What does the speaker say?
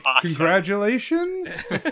Congratulations